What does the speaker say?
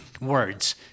words